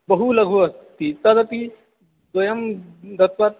बहु लघु अस्ति तदपि द्वयं दत्त्वा